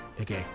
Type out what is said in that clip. Okay